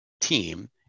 team